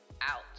out